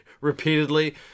repeatedly